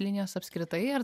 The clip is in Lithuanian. linijos apskritai ar